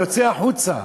יוצא החוצה.